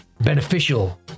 beneficial